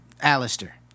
Alistair